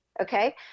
okay